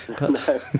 No